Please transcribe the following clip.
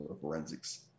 forensics